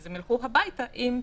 הם ילכו הביתה עם צמיד.